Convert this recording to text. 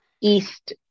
East